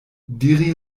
diri